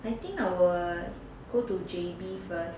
I think I will go to J_B first